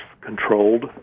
controlled